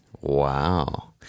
Wow